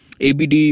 ABD